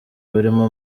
barimo